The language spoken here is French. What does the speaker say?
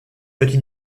petites